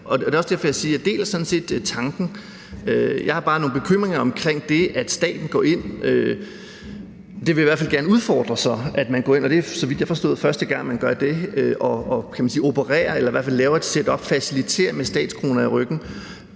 Det er også derfor, jeg siger, at jeg sådan set deler tanken. Jeg har bare nogle bekymringer omkring det, at staten går ind i det. Jeg vil i hvert fald gerne udfordre, at man går ind – og det er, så vidt jeg forstår, første gang man gør det – og opererer med eller i hvert fald laver et setup, hvor man faciliterer med statskroner i ryggen,